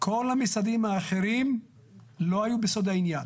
כל המשרדים האחרים לא היו בסוד העניין.